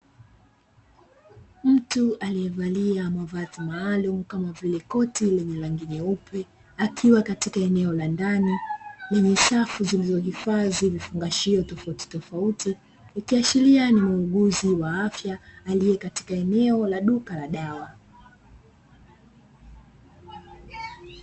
Mtu aliyevalia mavazi maalumu kama vile koti lenye rangi nyeupe, akiwa katika eneo la ndani lenye safu zilizohifadhi vifungashio tofautitofauti, ikiashiria ni muuguzi wa afya aliyekatika eneo la duka la dawa.